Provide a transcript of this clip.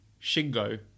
Shingo